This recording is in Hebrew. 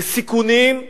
לסיכונים,